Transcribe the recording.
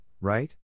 right